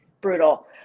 brutal